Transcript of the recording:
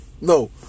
no